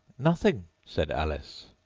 nothing, said alice.